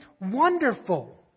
wonderful